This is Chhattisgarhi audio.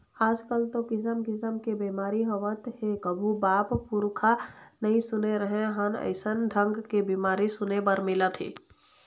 आजकल तो किसम किसम के बेमारी होवत हे कभू बाप पुरूखा नई सुने रहें हन अइसन ढंग के बीमारी सुने बर मिलथे